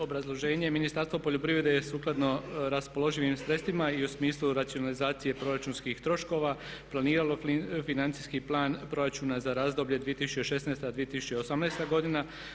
Obrazloženje, Ministarstvo poljoprivrede je sukladno raspoloživim sredstvima i u smislu racionalizacije proračunskih troškova planiralo financijski plan proračuna za razdoblje 2016.-2018. godina.